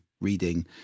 reading